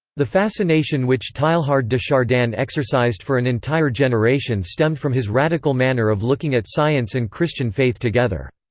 the fascination which teilhard de chardin exercised for an entire generation stemmed from his radical manner of looking at science and christian faith together.